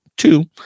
Two